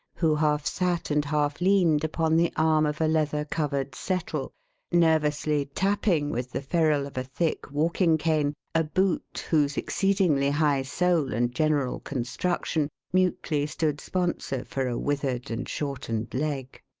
who half sat and half leaned upon the arm of a leather-covered settle nervously tapping with the ferule of a thick walking-cane, a boot whose exceedingly high sole and general construction mutely stood sponsor for a withered and shortened leg.